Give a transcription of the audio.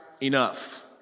enough